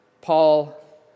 Paul